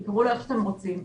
תקראו לו איך שאתם רוצים.